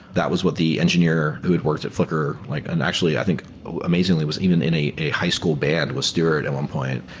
that was what the engineer who had worked at flickr, like and actually i think amazingly was even in a a high school band, was stuart at one point,